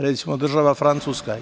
Recimo, država Francuska.